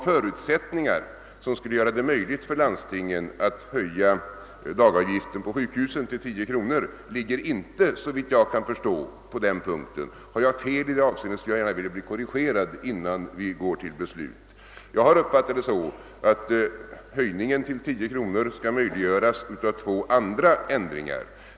Förutsättningarna för landstingen att höja dagavgiften på sjukhusen till 10 kronor är således inte, såvitt jag kan förstå, beroende av denna ändring. Har jag fel i det avseendet, skulle jag vilja bli korrigerad innan vi går till beslut. Jag har uppfattat det så att avgiftshöjningen till 10 kronor skulle möjliggöras av två andra ändringar.